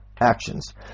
actions